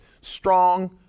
Strong